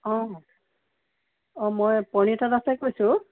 অঁ অঁ মই প্ৰণীতা দাসে কৈছোঁ